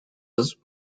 was